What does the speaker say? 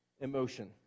emotion